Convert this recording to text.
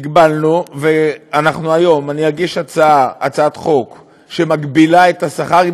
הגבלנו, והיום אני אגיש הצעת חוק שמגבילה את השכר.